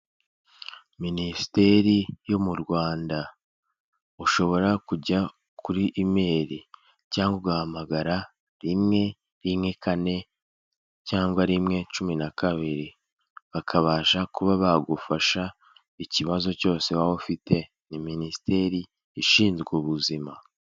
Minisiteri yo mu Rwanda, ushobora kujya kuri imeri cyangwa ugahamagara rimwe rimwe kane cyangwa rimwe cumi na kabiri, bakabasha kuba bagufasha ikibazo cyose waba ufite. Ni minisiteri ishinzwe ubuzima.